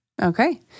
Okay